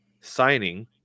signing